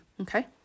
Okay